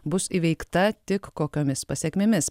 bus įveikta tik kokiomis pasekmėmis